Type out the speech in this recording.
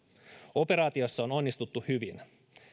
operaatiossa on onnistuttu hyvin